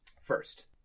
First